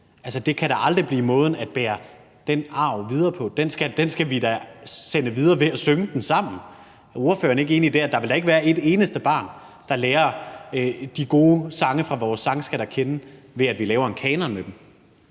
Det kan da aldrig blive måden at bære den arv videre på. Den skal vi da sende videre ved at synge dem sammen. Er ordføreren ikke enig i, at der da ikke vil være et eneste barn, der lærer de gode sange fra vores sangskat at kende, ved at vi laver en kanon med dem?